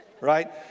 right